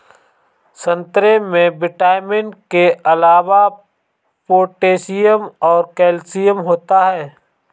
संतरे में विटामिन के अलावा पोटैशियम और कैल्शियम होता है